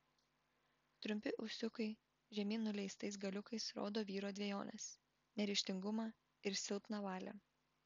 trumpi ūsiukai žemyn nuleistais galiukais rodo vyro dvejones neryžtingumą ir silpną valią